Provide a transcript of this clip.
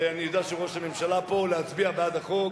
ואני יודע שראש הממשלה פה להצביע בעד החוק,